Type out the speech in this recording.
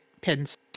pins